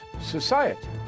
society